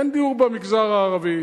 אין דיור במגזר הערבי,